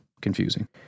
confusing